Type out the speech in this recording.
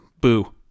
Boo